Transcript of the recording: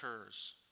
occurs